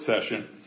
session